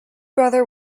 brother